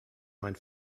mein